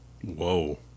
Whoa